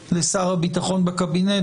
לבין שר הביטחון בקבינט,